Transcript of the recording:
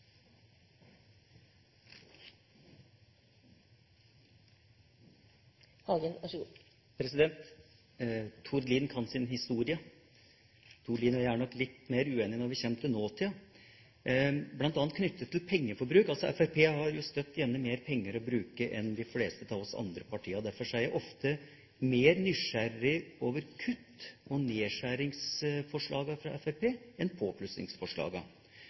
jeg er nok litt mer uenige når vi kommer til nåtida, bl.a. knyttet til pengeforbruk. Fremskrittspartiet har bestandig mer penger å bruke enn de fleste av de andre partiene. Derfor er jeg ofte mer nysgjerrig på kutt- og nedskjæringsforslagene fra